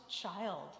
child